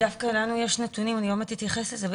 דווקא לנו יש נתונים, עוד מעט אתייחס לזה.